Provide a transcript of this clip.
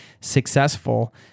successful